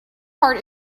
part